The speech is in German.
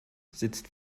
sitzt